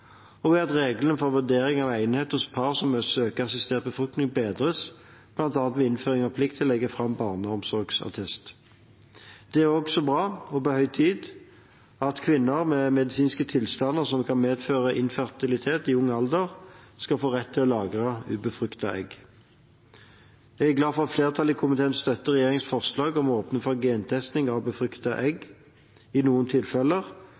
og ved at reglene for vurdering av egnethet hos par som vil søke om assistert befruktning, bedres, bl.a. ved innføring av plikt til å legge fram barneomsorgsattest. Det er også bra, og på høy tid, at kvinner med medisinske tilstander som kan medføre infertilitet i ung alder, skal få rett til å lagre ubefruktede egg. Jeg er glad for at flertallet i komiteen støtter regjeringens forslag om å åpne for gentesting av befruktede egg i noen tilfeller,